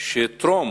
שטרום